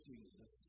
Jesus